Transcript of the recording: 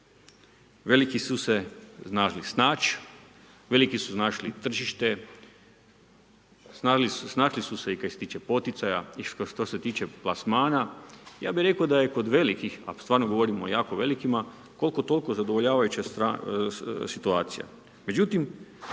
Veliki su se znali snaći, veliki su našli tržište, snašli su se i što se tiče poticaja i što se tiče plasmana, ja bi rekao, da je kod velikih, a stvarno govorimo o jako velikima, koliko toliko, zadovoljavajuća situacija.